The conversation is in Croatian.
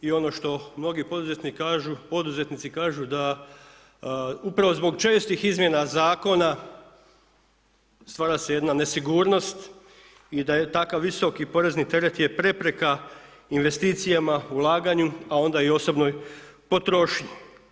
I ono što mnogi poduzetnici kažu, poduzetnici kažu da upravo zbog čestih izmjena zakona stvara se jedna nesigurnost i da je takav visoki porezni teret je prepreka investicijama, ulaganju a onda i osobnoj potrošnji.